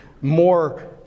more